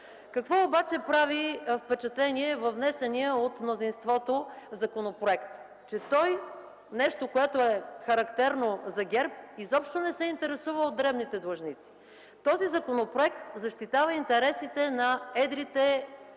Какво обаче прави впечатление във внесения законопроект от мнозинството? Той – нещо, характерно за ГЕРБ, изобщо не се интересува от дребните длъжници.. Този законопроект защитава интересите на едрите